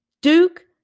Duke